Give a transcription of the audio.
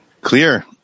clear